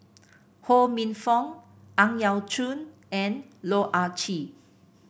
Ho Minfong Ang Yau Choon and Loh Ah Chee